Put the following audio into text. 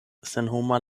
senhoma